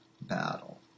battle